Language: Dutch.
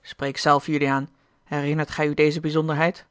spreek zelf juliaan herinnert gij u deze bijzonderheid